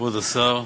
כבוד השר,